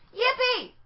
Yippee